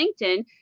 LinkedIn